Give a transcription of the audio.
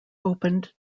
opened